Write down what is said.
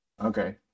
Okay